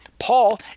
Paul